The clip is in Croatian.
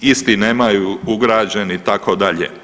Isti nemaju ugrađeni itd.